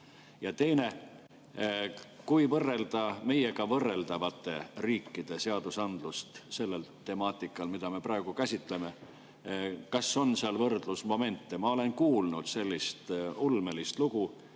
Ja teine: kui võrrelda meiega võrreldavate riikide seadusandlust selles temaatikas, mida me praegu käsitleme, kas on seal võrdlusmomente? Ma olen kuulnud sellist ulmelist lugu,